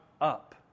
up